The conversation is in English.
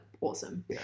awesome